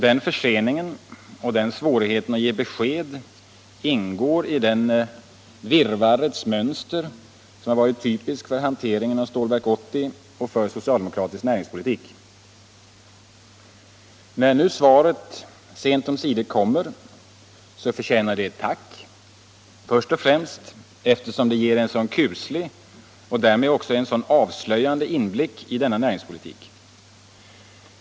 Denna försening och denna svårighet att ge besked ingår i det virrvarrets mönster som varit typiskt för hanteringen av Stålverk 80 och för socialdemokratisk näringspolitik. När nu svaret sent omsider kommer förtjänar det ett tack — först och främst eftersom det ger en så kuslig och därmed också en så avslöjande inblick i denna näringspolitik.